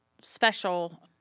special